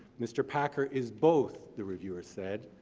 mr. packer is both, the reviewer said,